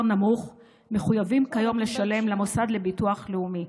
נמוך מחויבים כיום לשלם למוסד לביטוח לאומי,